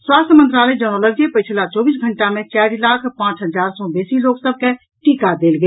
स्वास्थ्य मंत्रालय जनौलक अछि जे पछिला चौबीस घंटा मे चारि लाख पांच हजार सँ बेसी लोक सभ के टीका देल गेल